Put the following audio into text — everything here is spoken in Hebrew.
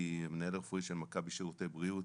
כמנהל הרפואי של מכבי שירותי בריאות,